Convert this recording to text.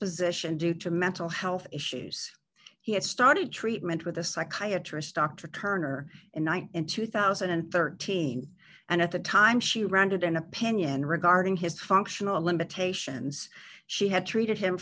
position due to mental health issues he had started treatment with a psychiatrist dr kerner in one in two thousand and thirteen and at the time she ranted an opinion regarding his functional limitations she had treated him